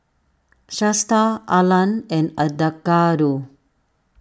Shasta Arlan and Edgardo